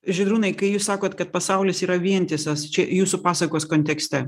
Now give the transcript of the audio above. žydrūnai kai jūs sakot kad pasaulis yra vientisas čia jūsų pasakos kontekste